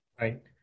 Right